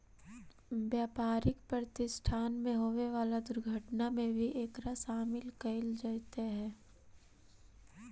व्यापारिक प्रतिष्ठान में होवे वाला दुर्घटना में भी एकरा शामिल कईल जईत हई